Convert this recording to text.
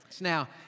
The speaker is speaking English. Now